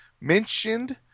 mentioned